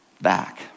back